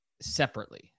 separately